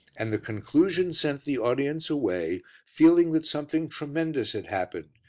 and the conclusion sent the audience away feeling that something tremendous had happened,